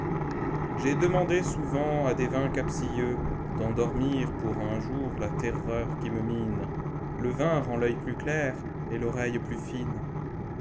j'ai demandé souvent à des vins captieuxd'endormir pour un jour la terreur qui me mine le vin rend l'œil plus clair et l'oreille plus fine